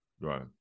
Right